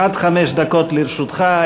עד חמש דקות לרשותך.